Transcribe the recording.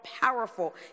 powerful